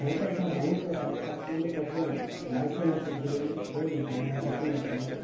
हांवें ताका सांगलें हांवूच आसा ताका पयलीं पटलें ना लायसन आसा तुज कडेन हय म्हण सांगलें हांयें लायसन दाखयलें